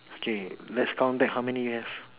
okay let's count back how many you have